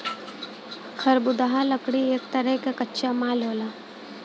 खरबुदाह लकड़ी एक तरे क कच्चा माल होला